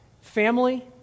family